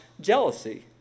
jealousy